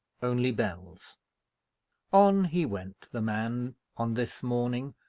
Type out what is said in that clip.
only bells on he went, the man, on this morning,